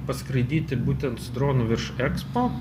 paskraidyti būtent su dronu virš ekspo